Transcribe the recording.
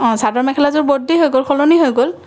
অঁ চাদৰ মেখেলাযোৰ বদলি হৈ গ'ল সলনি হৈ গ'ল